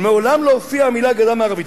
מעולם לא הופיעו המלים "הגדה המערבית".